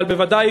אבל בוודאי